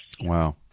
Wow